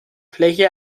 fläche